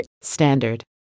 standard